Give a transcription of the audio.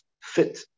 fit